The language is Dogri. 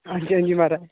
हां जी हां जी महाराज